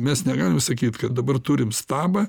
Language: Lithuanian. mes negalim sakyt kad dabar turim stabą